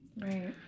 Right